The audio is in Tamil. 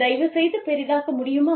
தயவுசெய்து பெரிதாக்க முடியுமா